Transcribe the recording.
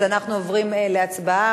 אז אנחנו עוברים להצבעה.